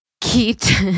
Keith